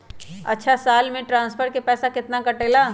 अछा साल मे ट्रांसफर के पैसा केतना कटेला?